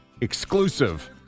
Exclusive